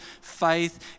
faith